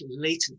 latent